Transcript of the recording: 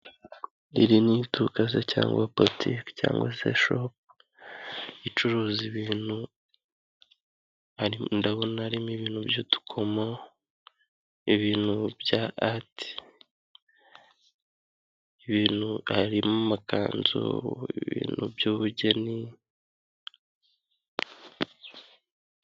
Iri ni iduka se cyangwa butike cyangwa se shopu icuruza ibintu, ndabona harimo ibintu by'udukomo, ibintu bya ariti, harimo amakanzu ibintu by'ubugeni.